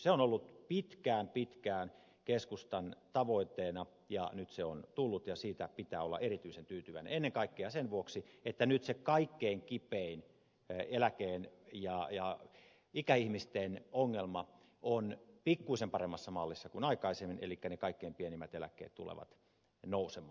se on ollut pitkään pitkään keskustan tavoitteena ja nyt se on tullut ja siitä pitää olla erityisen tyytyväinen ennen kaikkea sen vuoksi että nyt se kaikkein kipein eläkeläisten ja ikäihmisten ongelma on pikkuisen paremmassa mallissa kuin aikaisemmin elikkä ne kaikkein pienimmät eläkkeet tulevat nousemaan